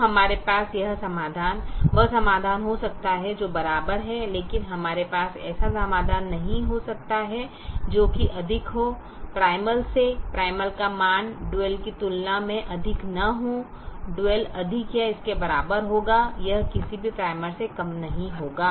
तो हमारे पास वह समाधान हो सकता है जो बराबर है लेकिन हमारे पास ऐसा समाधान नहीं हो सकता है जो कि अधिक हो प्राइमल से प्राइमल का मान डुअल की तुलना में अधिक न हो डुअल अधिक या इसके बराबर होगा यह किसी भी प्राइमल से कम नहीं होगा